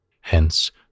Hence